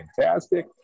fantastic